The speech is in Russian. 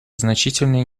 значительные